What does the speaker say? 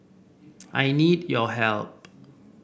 I need your help